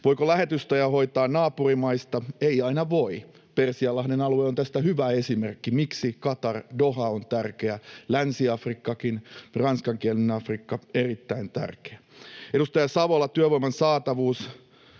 Voiko lähetystöjä hoitaa naapurimaista? Ei aina voi. Persianlahden alue on tästä hyvä esimerkki: miksi Qatar, Doha, on tärkeä, Länsi-Afrikkakin, ranskankielinen Afrikka erittäin tärkeä. Edustaja Savolalle työvoiman saatavuudesta